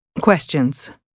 Questions